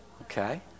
Okay